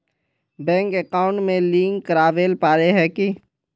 Bank account में link करावेल पारे है की?